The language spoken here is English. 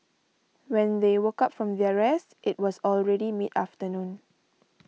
when they woke up from their rest it was already mid afternoon